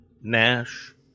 Nash